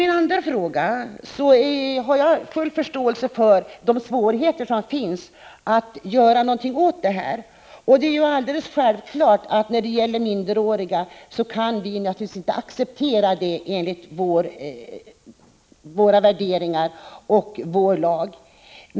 Jag har full förståelse för svårigheterna att göra någonting åt den ”hustruimport” som förekommer, även om vi framför allt när det är fråga om minderåriga naturligtvis inte kan acceptera att sådant sker, mot bakgrund av våra värderingar och vår lag.